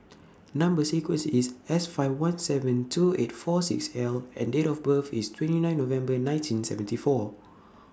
Number sequence IS S five one seven two eight four six L and Date of birth IS twenty nine November nineteen seventy four